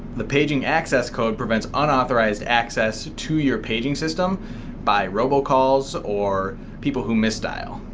the paging access code prevents unauthorized access to your paging system by robocalls or people who misdial.